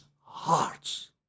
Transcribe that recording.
hearts